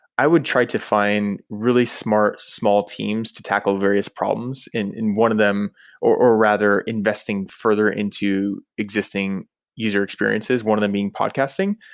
i would try to find really smart small teams to tackle various problems, and one of them or or rather investing further into existing user experiences, one of them being podcasting.